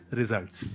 results